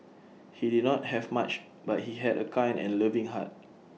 he did not have much but he had A kind and loving heart